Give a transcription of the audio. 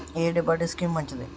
ఎ deposit scheme మంచిది?